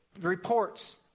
reports